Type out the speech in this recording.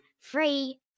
Free